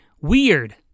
Weird